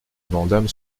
vandamme